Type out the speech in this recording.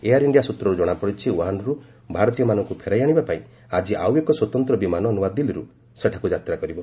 air India ସ୍ୱତ୍ରରୁ କଣାପଡ଼ିଛି ଓ୍ୱହାନ୍ରୁ ଭାରତୀୟମାନଙ୍କୁ ଫେରାଇ ଆଣିବାପାଇଁ ଆଜି ଆଉ ଏକ ସ୍ୱତନ୍ତ୍ର ବିମାନ ନୃଆଦିଲ୍ଲୀରୁ ସେଠାକୁ ଯାତ୍ରା କରିବ